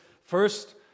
first